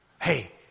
Hey